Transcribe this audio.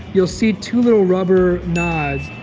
you'll see two little rubber nods.